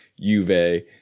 Juve